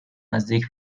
نزدیک